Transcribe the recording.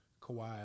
Kawhi